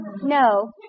No